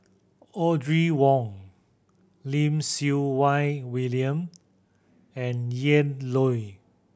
Audrey Wong Lim Siew Wai William and Ian Loy